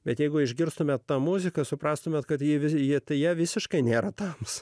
bet jeigu išgirstumėme tą muziką suprastumėte kad ji vizija tai ją visiškai nėra tams